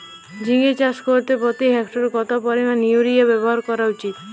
ঝিঙে চাষ করতে প্রতি হেক্টরে কত পরিমান ইউরিয়া ব্যবহার করা উচিৎ?